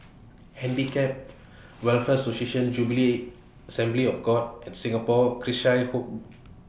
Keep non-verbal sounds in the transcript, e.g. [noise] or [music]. [noise] Handicap Welfare Association Jubilee Assembly of God and Singapore Cheshire Home [noise]